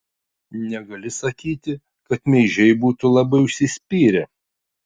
negali sakyti kad meižiai būtų labai užsispyrę